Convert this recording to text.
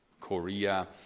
Korea